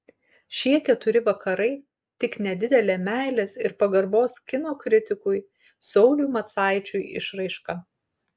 šie keturi vakarai tik nedidelė meilės ir pagarbos kino kritikui sauliui macaičiui išraiška